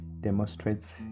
demonstrates